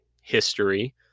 history